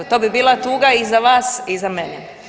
To bi bila tuga i za vas i za mene.